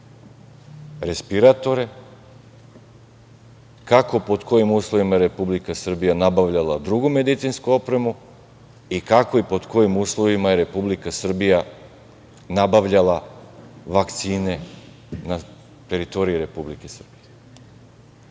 respiratore, kako i pod kojim uslovima je Republika Srbija nabavljala drugu medicinsku opremu i kako i pod kojim uslovima je Republika Srbija nabavljala vakcine na teritoriji Republike Srbije. Ja